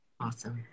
awesome